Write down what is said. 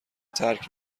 ترک